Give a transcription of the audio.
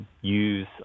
use